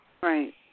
Right